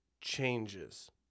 changes